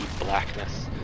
blackness